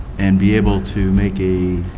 and be able to make a